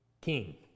king